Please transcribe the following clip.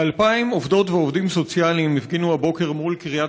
כ-2,000 עובדות ועובדים סוציאליים הפגינו הבוקר מול קריית